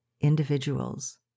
individuals